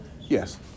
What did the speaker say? Yes